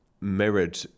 mirrored